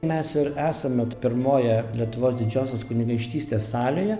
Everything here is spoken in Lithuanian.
mes ir esame t pirmoje lietuvos didžiosios kunigaikštystės salėje